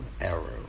arrow